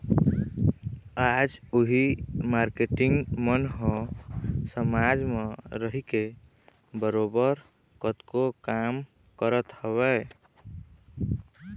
आज उही मारकेटिंग मन ह समाज म रहिके बरोबर कतको काम करत हवँय